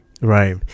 right